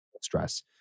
stress